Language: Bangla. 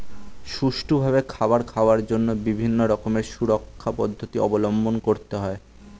সুষ্ঠুভাবে খাবার খাওয়ার জন্য বিভিন্ন রকমের সুরক্ষা পদ্ধতি অবলম্বন করতে হয়